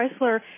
Chrysler